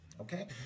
Okay